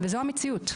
וזאת המציאות.